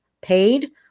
paid